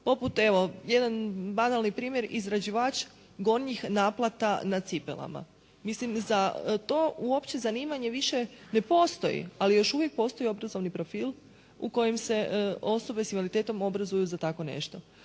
poput, evo jedan banalni primjer, izrađivač gornjih naplata na cipelama. Mislim, za to uopće zanimanje više ne postoji, ali još uvijek postoji obrazovni profil u kojem se osobe s invaliditetom obrazuju za takvo nešto.